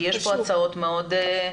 כי יש פה הצעות מאוד רציניות.